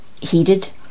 heated